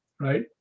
right